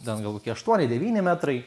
ten gal kokie aštuoni devyni metrai